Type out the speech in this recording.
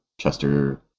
Chester